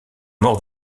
mort